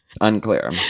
unclear